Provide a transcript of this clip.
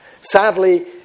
sadly